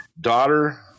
daughter